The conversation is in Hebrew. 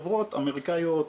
זאת אומרת,